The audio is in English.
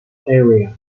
area